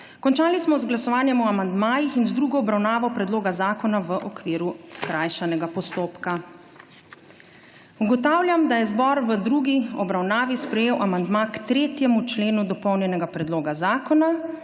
Končali smo z glasovanjem o amandmajih in z drugo obravnavo predloga zakona v okviru skrajšanega postopka. Ugotavljam, da je zbor v drugi obravnavi sprejel amandma k 3. členu dopolnjenega predloga zakona